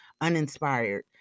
uninspired